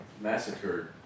massacred